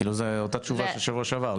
זה כאילו אותה התשובה של שבוע שעבר.